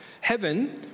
Heaven